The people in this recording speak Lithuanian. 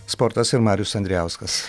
sportas ir marius andrijauskas